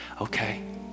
Okay